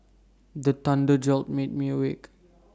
the thunder jolt me awake